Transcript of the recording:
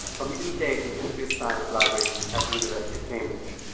from the east asian history of science library at the university of cambridge.